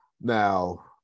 now